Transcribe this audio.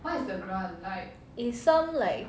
is some like